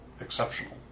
exceptional